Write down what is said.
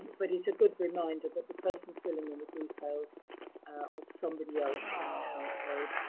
but it's a good reminder that the person filling in the details of somebody else in their household,